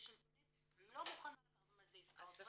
שלטונית לא מוכנה לקחת אחריות,